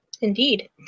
Indeed